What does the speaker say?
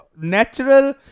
natural